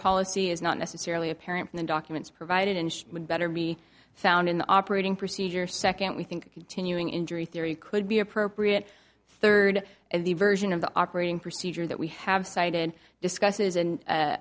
policy is not necessarily apparent in the documents provided and would better be found in the operating procedure second we think continuing injury theory could be appropriate third the version of the operating procedure that we have cited discusses and